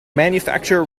manufacturer